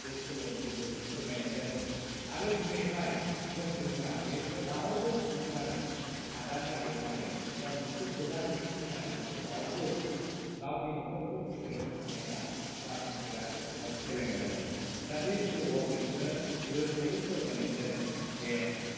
बे सल'नि गेजेरजों फोरमायनाय जादों आरो दिनैहाय जों बुंनो हायो जे रावबो सुबुङानो हादान नागिरनानै एबा मोनसे गोदान न'बथि नागिरनानै रावबो गावनि न'खरखौ फेदेरनो साननाया जाफुंफेराखौ एबा फेलें जादों दा बे सल'आव बेखौनो रोखायै फोरमायनाय जादों जे